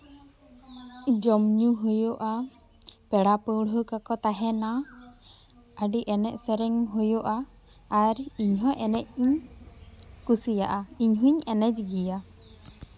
ᱡᱚᱢ ᱧᱩ ᱦᱩᱭᱩᱜᱼᱟ ᱯᱮᱲᱟ ᱯᱟᱹᱲᱦᱟᱹ ᱠᱚᱠᱚ ᱛᱟᱦᱮᱱᱟ ᱟᱹᱰᱤ ᱮᱱᱮᱡ ᱥᱮᱨᱮᱧ ᱦᱩᱭᱩᱜᱼᱟ ᱟᱨ ᱤᱧᱦᱚᱸ ᱮᱱᱮᱡ ᱤᱧ ᱠᱩᱥᱤᱭᱟᱜᱼᱟ ᱤᱧ ᱦᱚᱸᱧ ᱮᱱᱮᱡ ᱜᱮᱭᱟ